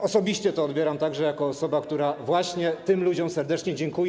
Osobiście to odbieram także jako osoba, która właśnie tym ludziom serdecznie dziękuje.